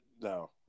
no